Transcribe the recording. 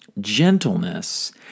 Gentleness